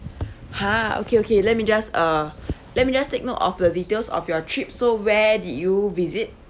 !huh! okay okay let me just uh let me just take note of the details of your trip so where did you visit